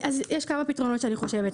יש כמה פתרונות שאני חושבת עליהם.